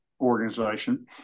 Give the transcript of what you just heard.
Organization